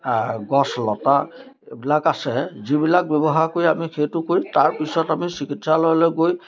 গছ লতা এইবিলাক আছে যিবিলাক ব্যৱহাৰ কৰি আমি সেইটো কৰি তাৰপিছত আমি চিকিৎসালয়লৈ গৈ